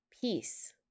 peace